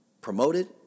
promoted